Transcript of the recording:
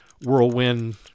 whirlwind